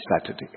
Saturday